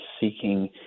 seeking